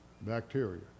bacteria